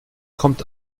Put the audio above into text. kommt